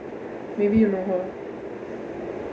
maybe you know her